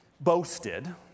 boasted